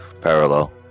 parallel